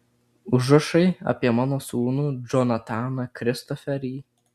užrašai apie mano sūnų džonataną kristoferį